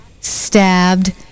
stabbed